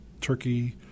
turkey